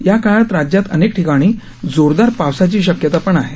या काळात राज्यात अनेक ठिकाणी जोरदार पावसाची शक्यता आहे